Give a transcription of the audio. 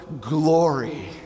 glory